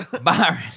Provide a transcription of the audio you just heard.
Byron